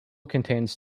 contains